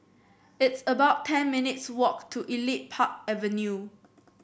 it's about ten minutes walk to Elite Park Avenue